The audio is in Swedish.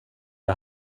det